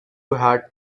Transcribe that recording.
hat